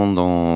dans